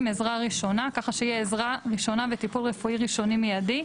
"עזרה ראשונה" ככה שיהיה "עזרה ראשונה וטיפול רפואי ראשוני מיידי".